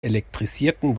elektrisierten